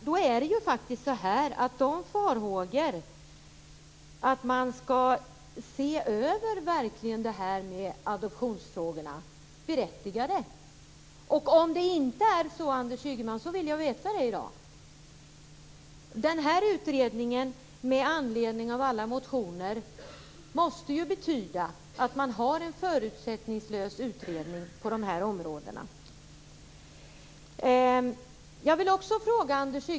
Då är farhågorna med att man skall se över detta med adoptionsfrågorna berättigade. Om det inte är så, Anders Ygeman, vill jag veta det i dag. Den här utredningen i anledning av alla motioner måste ju betyda att man gör en förutsättningslös utredning på dessa områden.